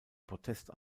protest